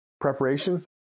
Preparation